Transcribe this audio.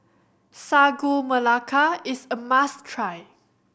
Sagu Melaka is a must try